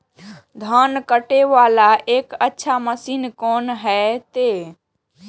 धान कटे वाला एक अच्छा मशीन कोन है ते?